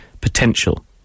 potential